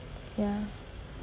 ya